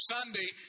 Sunday